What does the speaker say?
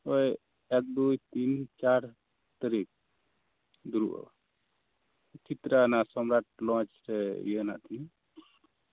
ᱮᱠ ᱫᱩᱭ ᱛᱤᱱ ᱪᱟᱨ ᱛᱟᱨᱤᱠᱷ ᱫᱩᱲᱩᱵᱚᱜ ᱟᱹᱧ ᱵᱤᱪᱤᱛᱨᱟ ᱥᱚᱢᱨᱟᱴ ᱞᱚᱡ ᱨᱮ ᱚᱱᱟ ᱤᱭᱟᱹ ᱦᱮᱱᱟᱜ ᱛᱤᱧᱟᱹ